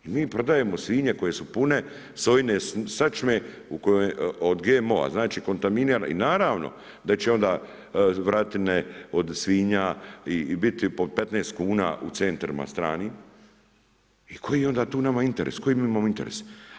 Mi prodajemo svinje koje su pune sojine sačme od GMO-a znači kontaminirano i naravno da će onda vratine od svinja biti po 15 kuna u centrima stranim i koji je onda nama tu interes, koji mi imamo interes.